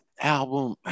album